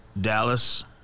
Dallas